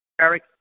Eric